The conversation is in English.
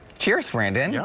cheers, brandon. yeah